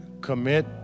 commit